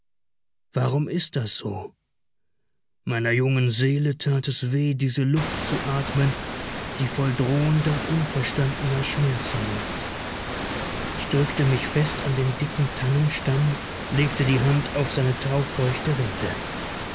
warum ist das so meiner jungen seele tat es weh diese luft zu atmen die voll drohender unverstandener schmerzen liegt ich drückte mich fest an den dicken tannenstamm legte die hand auf seine taufeuchte rinde